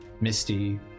Misty